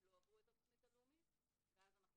לא עברו את התוכנית הלאומית ואז אנחנו